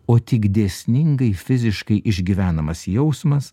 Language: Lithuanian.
o tik dėsningai fiziškai išgyvenamas jausmas